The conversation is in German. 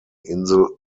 insel